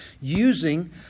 using